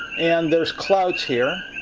and there are clouds here.